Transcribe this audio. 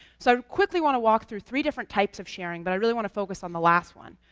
so quickly want to walk through three different types of sharing, but i really want to focus on the last one.